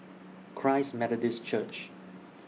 Christ Methodist Church